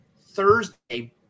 Thursday